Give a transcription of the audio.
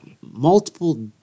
multiple